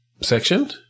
section